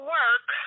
work